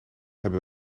hebben